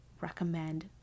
recommend